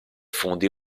fondi